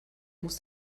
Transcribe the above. muss